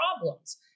problems